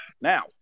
Now